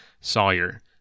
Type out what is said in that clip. Sawyer